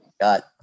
got